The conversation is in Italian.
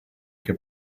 che